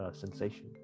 sensation